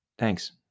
Thanks